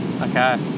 Okay